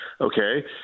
Okay